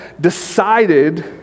decided